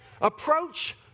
approach